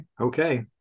Okay